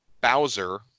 Bowser